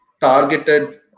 targeted